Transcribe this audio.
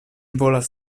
volas